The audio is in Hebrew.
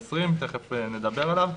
תיכף נדבר עליו.